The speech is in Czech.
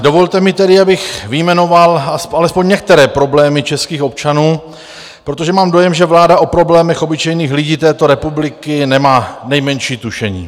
Dovolte mi tedy, abych vyjmenoval alespoň některé problémy českých občanů, protože mám dojem, že vláda o problémech obyčejných lidí této republiky nemá nejmenší tušení.